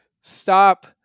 stop